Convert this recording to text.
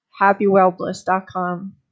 happywellbliss.com